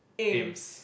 aims